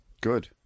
Good